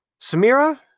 Samira